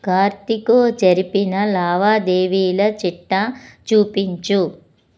కార్తికో జరిపిన లావాదేవీల చిట్టా చూపించుము